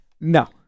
no